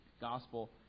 gospel